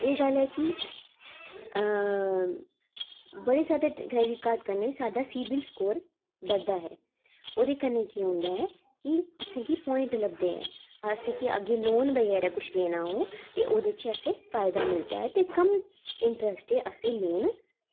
एह् गल्ल ऐ कि बड़े जादै क्रेडिट कार्ड कन्नै साढ़ा सिबिल स्कोर बधदा ऐ ओह्दे कन्नै केह् होंदा ऐ कि असें गी प्वाइंट लभदे ऐ असें गी अग्गें लोन बगैरा कुछ लैनां हो ते ओह्दे च असें फायदा मिलदा ऐ ते कम इंटरस्ट ई असें ई लोन